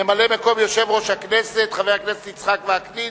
ממלא-מקום יושב-ראש הכנסת חבר הכנסת יצחק וקנין,